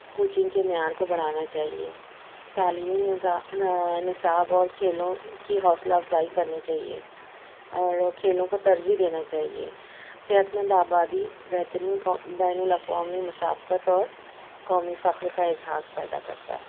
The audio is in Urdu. کچھ ان کے معیار کو بڑھانا چاہیے تعلیمی نظا نا نصاب اور کھیلوں کی حوصلہ افزائی کرنی چاہیے اور کھیلوں کو ترجیح دینا چاہیے صحت مند آبادی بہترین کو بین الاقوامی مسابقت اور قومی فخر کا احساس پیدا کرتا ہے